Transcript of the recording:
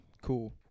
cool